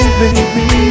baby